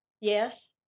Yes